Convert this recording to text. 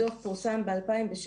הדוח פורסם ב-2016.